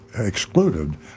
excluded